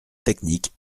technique